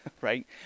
right